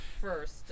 first